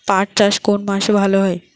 পাট চাষ কোন মাসে ভালো হয়?